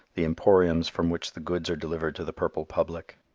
the emporiums from which the goods are delivered to the purple public.